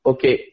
Okay